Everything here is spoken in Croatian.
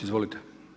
Izvolite.